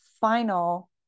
final